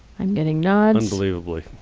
i'm getting nods. unbelievably.